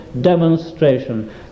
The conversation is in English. demonstration